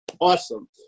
Awesome